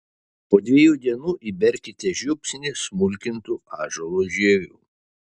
po dviejų dienų įberkite žiupsnį smulkintų ąžuolų žievių